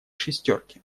шестерки